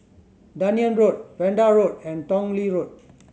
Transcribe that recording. Dunearn Road Vanda Road and Tong Lee Road